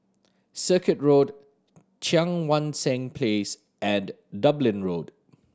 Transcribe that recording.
Circuit Road Cheang Wan Seng Place and Dublin Road